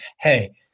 hey